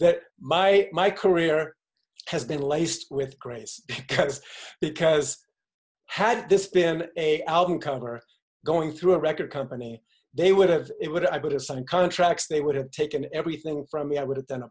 that my my career has been laced with grace because because had this been a album cover or going through a record company they would have it would i be to sign contracts they would have taken everything from me i would have